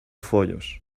foios